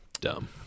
dumb